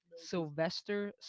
Sylvester